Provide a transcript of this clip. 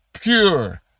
pure